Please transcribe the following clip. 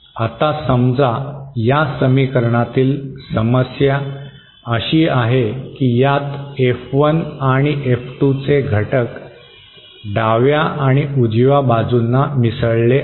आता समजा या समीकरणातील समस्या अशी आहे की यात F1 आणि F2 चे घटक डाव्या आणि उजव्या बाजूंना मिसळले आहेत